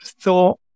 thought